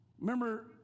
Remember